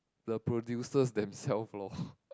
the producers themselves lor